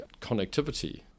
connectivity